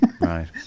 Right